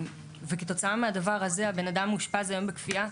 כתוצאה מהדבר הזה הבן אדם מאושפז היום בכפייה.